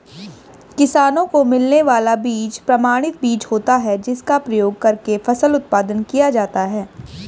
किसानों को मिलने वाला बीज प्रमाणित बीज होता है जिसका प्रयोग करके फसल उत्पादन किया जाता है